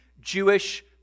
Jewish